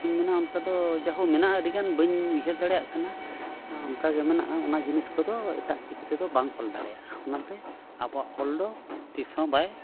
ᱪᱮᱫᱠᱟᱧ ᱢᱮᱱᱟ ᱚᱱᱠᱟ ᱫᱚ ᱡᱟᱭᱦᱳᱠ ᱢᱮᱱᱟᱜᱼᱟ ᱟᱹᱰᱤᱜᱟᱱ ᱵᱟᱹᱧ ᱩᱭᱦᱟᱹᱨ ᱫᱟᱲᱮᱭᱟᱜ ᱠᱟᱱᱟ ᱚᱱᱠᱟᱜᱮ ᱢᱮᱱᱟᱜᱼᱟ ᱚᱱᱟ ᱡᱤᱱᱤᱥ ᱠᱚᱫᱚ ᱮᱴᱟᱜ ᱪᱤᱠᱤ ᱛᱮᱫᱚ ᱵᱟᱢ ᱚᱞ ᱫᱟᱲᱮᱭᱟᱜᱼᱟ ᱚᱱᱟᱛᱮ ᱟᱵᱚᱣᱟᱜ ᱚᱞ ᱫᱚ ᱛᱤᱥᱦᱚᱸ ᱵᱟᱭ